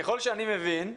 ככל שאני מבין,